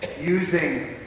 using